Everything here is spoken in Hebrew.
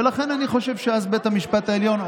ולכן אני חושב שאז בית המשפט העליון,